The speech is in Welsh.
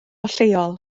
lleol